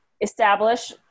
establish